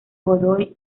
godoy